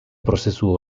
prozesu